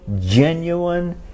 genuine